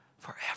forever